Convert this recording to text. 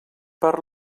per